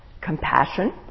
compassion